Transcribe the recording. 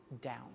down